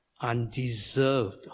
undeserved